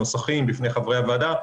הנוסחים בפני חברי הוועדה.